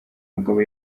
mugabo